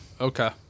Okay